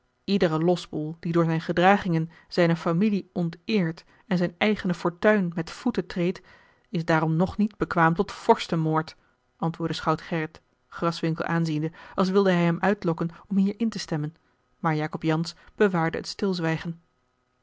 iedere losbol die door zijne gedragingen zijne familie onteert en zijne eigene fortuin met voeten treedt is daarom nog niet bekwaam tot vorstenmoord antwoordde schout gerrit graswinckel aanziende als wilde hij hem uitlokken om hier in te stemmen maar jacob jansz bewaarde het stilzwijgen